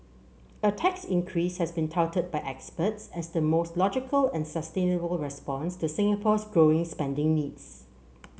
a tax increase has been touted by experts as the most logical and sustainable response to Singapore's growing spending needs